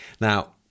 Now